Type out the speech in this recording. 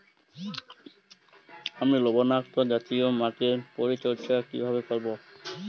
আমি লবণাক্ত জাতীয় মাটির পরিচর্যা কিভাবে করব?